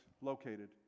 located